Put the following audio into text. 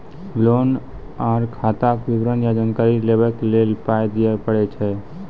Loan आर खाताक विवरण या जानकारी लेबाक लेल पाय दिये पड़ै छै?